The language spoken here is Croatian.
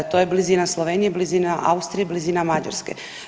To je blizina Slovenije, blizina Austrije, blizina Mađarske.